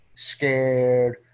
scared